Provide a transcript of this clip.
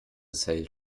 sail